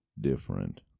different